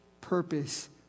purpose